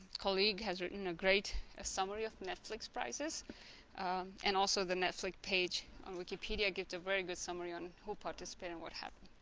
colleague has written a great ah summary of netflix prizes and also the netflix page on wikipedia gives a very good summary on who participate and what happened